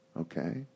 okay